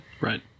right